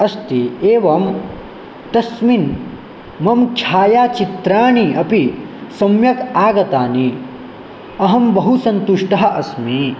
अस्ति एवं तस्मिन् मम छायाचित्राणि अपि सम्यक् आगतानि अहं बहु सन्तुष्टः अस्मि